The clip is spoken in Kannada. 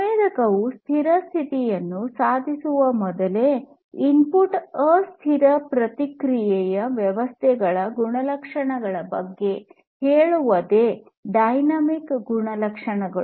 ಸಂವೇದಕವು ಸ್ಥಿರ ಸ್ಥಿತಿಯನ್ನು ಸಾಧಿಸುವ ಮೊದಲೇ ಇನ್ಪುಟ್ ಅಸ್ಥಿರ ಪ್ರತಿಕ್ರಿಯೆಯ ವ್ಯವಸ್ಥೆಗಳ ಗುಣಲಕ್ಷಣಗಳ ಬಗ್ಗೆ ಹೇಳುವುದೇ ಡೈನಾಮಿಕ್ ಗುಣಲಕ್ಷಣಗಳು